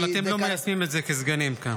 אבל אתם לא מיישמים את זה כסגנים כאן.